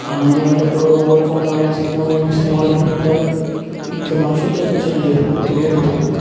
అన్నం తినేటప్ప్పుడు mobile phone కావాలి సినిమాగా సినిమాలు పెట్టుకుంటారు ఇంక మనుషులతో కుర్చునేది ఎప్పుడు తినేది ఎప్పుడు